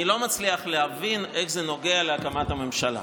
אני לא מצליח להבין איך זה נוגע להקמת הממשלה.